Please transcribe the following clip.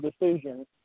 decision